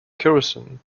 kerosene